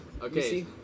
Okay